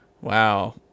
Wow